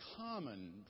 common